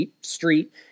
Street